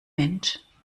mensch